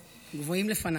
דקות.